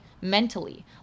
mentally